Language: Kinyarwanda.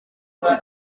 iba